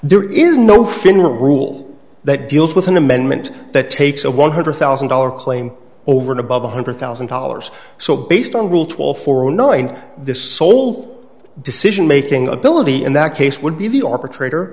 there is no fin rule that deals with an amendment that takes a one hundred thousand dollars claim over and above one hundred thousand dollars so based on rule twelve for knowing the sole decision making ability in that case would be the arbitrator